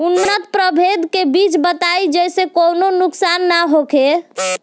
उन्नत प्रभेद के बीज बताई जेसे कौनो नुकसान न होखे?